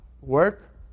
work